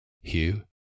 Hugh